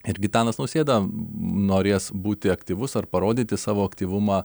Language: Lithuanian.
ir gitanas nausėda norės būti aktyvus ar parodyti savo aktyvumą